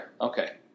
Okay